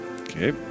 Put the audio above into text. Okay